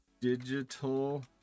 digital